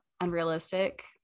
unrealistic